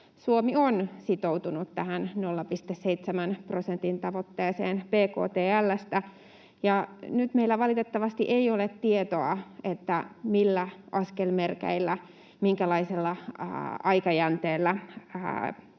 Suomi on sitoutunut tähän 0,7 prosentin tavoitteeseen bktl:stä, ja nyt meillä valitettavasti ei ole tietoa, millä askelmerkeillä, minkälaisella aikajänteellä